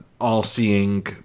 all-seeing